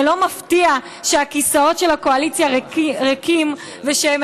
זה לא מפתיע שהכיסאות של הקואליציה ריקים ושהם